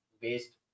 based